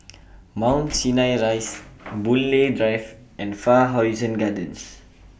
Mount Sinai Rise Boon Lay Drive and Far Horizon Gardens